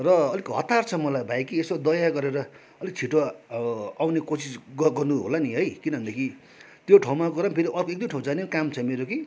र अलिक हतार छ मलाई भाइ कि यसो दया गरेर अलिक छिटो आउने कोसिस ग गर्नुहोला नि है किनभनेदेखि त्यो ठाउँमा गएर फेरि अर्को एक दुई ठाउँ जाने हो काम छ मेरो कि